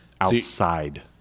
Outside